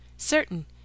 Certain